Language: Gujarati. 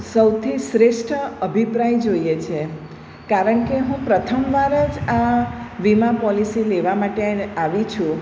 સૌથી શ્રેષ્ઠ અભિપ્રાય જોઈએ છે કારણકે હું પ્રથમ વાર જ આ વીમા પોલિસી લેવા માટે આવી છું